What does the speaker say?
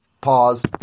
Pause